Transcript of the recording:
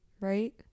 right